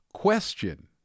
question